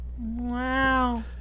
Wow